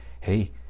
Hey